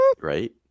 right